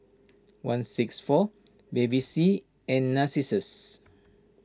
one six four Bevy C and Narcissus